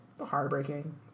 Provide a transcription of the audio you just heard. heartbreaking